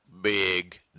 big